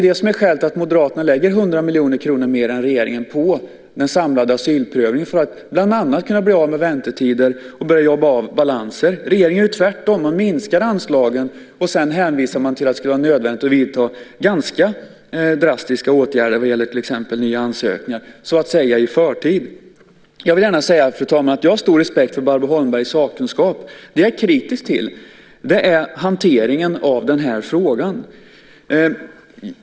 Det är skälet till att Moderaterna vill lägga 100 miljoner kronor mer än regeringen på den samlade asylprövningen för att bland annat kunna bli av med väntetider och börja jobba av balanser. Regeringen gör tvärtom. Den minskar anslagen och hänvisar sedan till att det skulle vara nödvändigt att vidta ganska drastiska åtgärder vad gäller till exempel nya ansökningar, så att säga i förtid. Fru talman! Jag vill gärna säga att jag har stor respekt för Barbro Holmbergs sakkunskap. Det som jag är kritisk till är hanteringen av den här frågan.